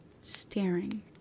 staring